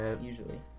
Usually